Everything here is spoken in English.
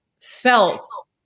felt